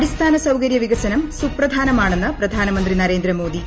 അടിസ്ഥാനസൌകര്യ വികസനം സ്പുപ്രിധാനമാണെന്ന് പ്രധാനമന്ത്രി നരേന്ദ്ര മോദി